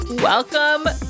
Welcome